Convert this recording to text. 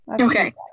Okay